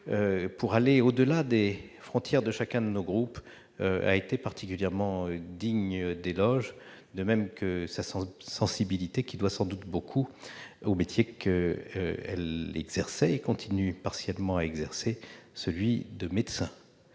pour aller au-delà des frontières de chacun de nos groupes, ont été particulièrement dignes d'éloges, de même que sa sensibilité, qui doit sans doute beaucoup au métier qu'elle exerçait et continue partiellement à exercer, celui de médecin.